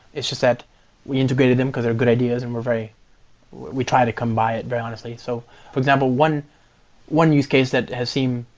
it's just that we integrated them, because they are good ideas and we're very we try to come by it very honestly. so for example, one one use case that has seem,